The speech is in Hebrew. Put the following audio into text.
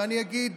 ואני אגיד,